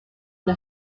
una